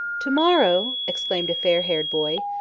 to-morrow! exclaimed a fair-haired boy,